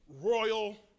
royal